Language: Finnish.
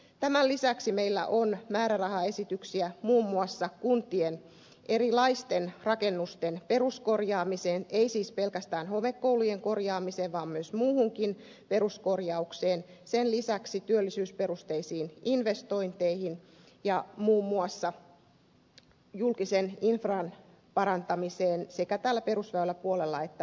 tämän lisäksi meillä on määrärahaesityksiä muun muassa kuntien erilaisten rakennusten peruskorjaamiseen ei siis pelkästään homekoulujen korjaamiseen vaan myös muuhun peruskorjaukseen sen lisäksi työllisyysperusteisiin investointeihin ja muun muassa julkisen infran parantamiseen sekä täällä perusväyläpuolella että muutoinkin